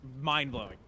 mind-blowing